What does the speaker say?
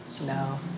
No